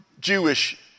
Jewish